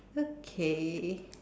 okay